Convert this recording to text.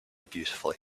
beautifully